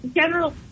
general